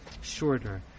shorter